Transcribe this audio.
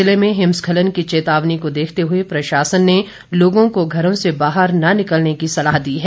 जिले में हिमस्खलन की चेतावनी को देखते हुए प्रशासन ने लोगों को घरों से बाहर न निकलने की सलाह दी है